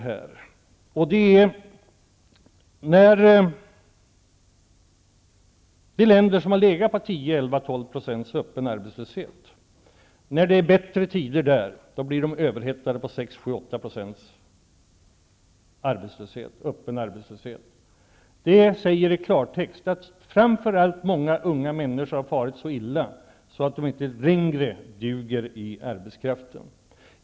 När det blir bättre tider i länder där arbetslösheten har legat på 10, 11 eller 12 % öppen arbetslöshet uppstår överhettning vid 6, 7 eller 8 % öppen arbetslöshet. Det säger i klartext att framför allt många unga människor har farit så illa att de inte längre duger som arbetskraft.